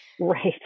right